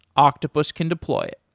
octopus can deploy it.